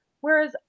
whereas